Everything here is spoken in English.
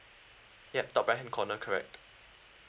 ya top right hand corner correct